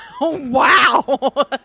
Wow